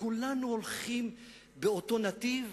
וכולנו הולכים באותו נתיב,